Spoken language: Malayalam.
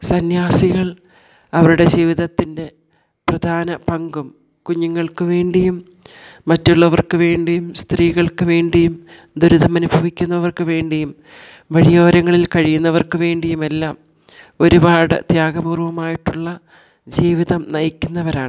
സന്യാസികൾ അവരുടെ ജീവിതത്തിൻ്റെ പ്രധാന പങ്കും കുഞ്ഞുങ്ങൾക്ക് വേണ്ടിയും മറ്റുള്ളവർക്ക് വേണ്ടിയും സ്ത്രീകൾക്ക് വേണ്ടിയും ദുരിതമനുഭവിക്കുന്നവർക്ക് വേണ്ടിയും വഴിയോരങ്ങളിൽ കഴിയുന്നവർക്ക് വേണ്ടിയുമെല്ലാം ഒരുപാട് ത്യാഗപൂർവ്വമായിട്ടുള്ള ജീവിതം നയിക്കുന്നവരാണ്